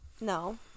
No